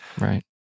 right